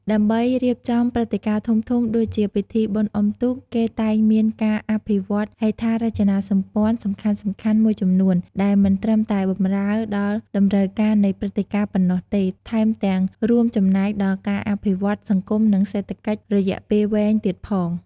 ដើម្បីរៀបចំព្រឹត្តិការណ៍ធំៗដូចជាពិធីបុណ្យអុំទូក គេតែងមានការអភិវឌ្ឍហេដ្ឋារចនាសម្ព័ន្ធសំខាន់ៗមួយចំនួន ដែលមិនត្រឹមតែបម្រើដល់តម្រូវការនៃព្រឹត្តិការណ៍ប៉ុណ្ណោះទេ ថែមទាំងរួមចំណែកដល់ការអភិវឌ្ឍសង្គមនិងសេដ្ឋកិច្ចរយៈពេលវែងទៀតផង។